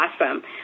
awesome